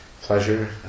pleasure